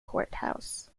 courthouse